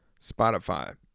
Spotify